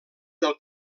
del